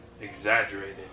Exaggerated